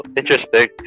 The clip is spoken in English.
interesting